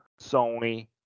Sony